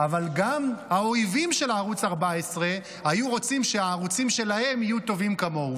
אבל גם האויבים של ערוץ 14 היו רוצים שהערוצים שלהם יהיו טובים כמוהו,